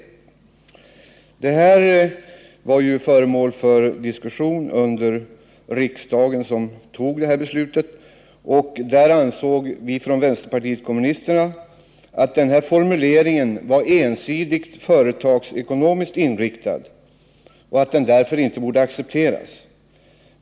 Denna formulering var föremål för diskussion när riksdagen fattade detta beslut. Inom vänsterpartiet kommunisterna ansåg vi att formuleringen var ensidigt företagsekonomiskt inriktad och att den därför inte borde accepteras.